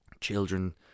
children